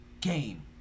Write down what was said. Game